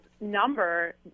number